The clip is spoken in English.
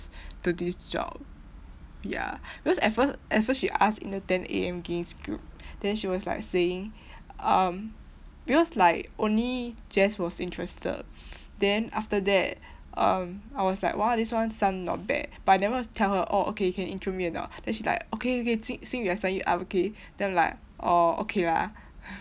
to this job ya because at first at first she ask in the ten A_M games group then she was like saying um because like only jess was interested then after that um I was like !wah! this one sound not bad but I never tell her orh okay can intro me or not then she like okay okay xin xin yu I sign you up okay then I'm like orh okay lah